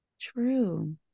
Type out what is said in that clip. True